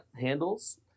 handles